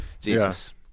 Jesus